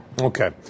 Okay